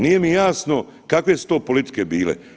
Nije mi jasno kakve su to politike bile.